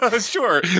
Sure